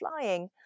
flying